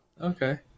Okay